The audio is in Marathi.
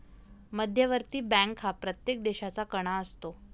मध्यवर्ती बँक हा प्रत्येक देशाचा कणा असतो